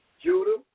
Judah